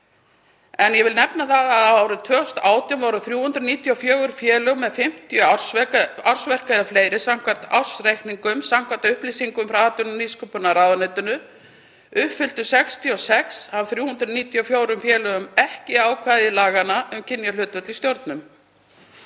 Ég vil nefna það að á árinu 2018 voru 394 félög með 50 ársverk eða fleiri samkvæmt ársreikningum. Samkvæmt upplýsingum frá atvinnu- og nýsköpunarráðuneytinu uppfylltu 66 af 394 félögum ekki ákvæði laganna um kynjahlutföll í stjórnum.